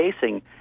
facing